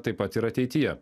taip pat ir ateityje